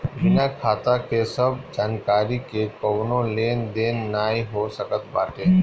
बिना खाता के सब जानकरी के कवनो लेन देन नाइ हो सकत बाटे